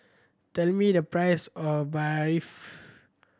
tell me the price of Barfi